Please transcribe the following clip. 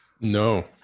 No